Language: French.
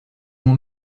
mon